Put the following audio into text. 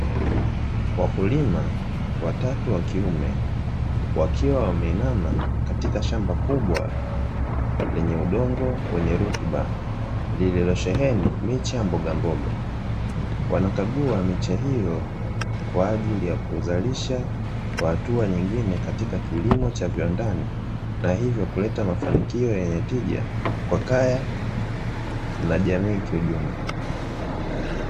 Wakulima watatu wa kiume wakiwa wameinama katika shamba kubwa lenye udongo wenye rutuba lililosheheni miche ya mbogamboga. Wanakagua miche hiyo kwa ajili ya kuzalisha kwa hatua nyingine katika kilimo cha viwandani, na hivyo kuleta mafanikio yenye tija kwa kaya na jamiii kiujumla.